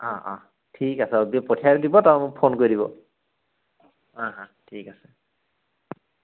অ অ ঠিক আছে পঠিয়াই দিব তাৰপৰা মোক ফোন কৰি দিব অ অ ঠিক আছে